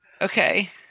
Okay